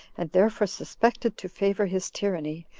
and therefore suspected to favor his tyranny,